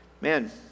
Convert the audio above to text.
Man